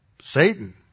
Satan